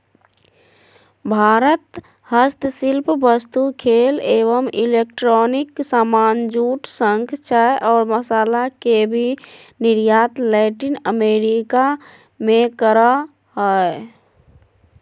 भारत हस्तशिल्प वस्तु, खेल एवं इलेक्ट्रॉनिक सामान, जूट, शंख, चाय और मसाला के भी निर्यात लैटिन अमेरिका मे करअ हय